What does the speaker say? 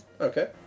Okay